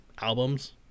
albums